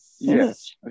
Yes